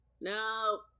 no